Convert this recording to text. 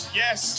yes